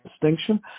distinction